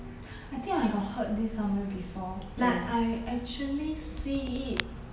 I think I got heard this somewhere before like I actually see it